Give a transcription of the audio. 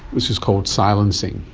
which is called silencing?